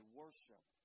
worship